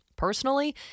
Personally